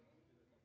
Merci,